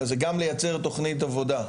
אלא זה גם לייצר תכנית עבודה.